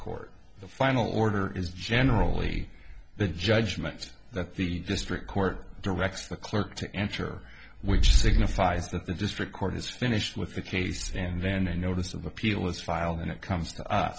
court the final order is generally the judgment that the district court directs the clerk to enter which signifies that the district court has finished with the case and then a notice of appeal is filed and it comes to